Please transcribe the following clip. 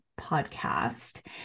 podcast